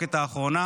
המחלוקת האחרונה.